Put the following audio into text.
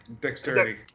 Dexterity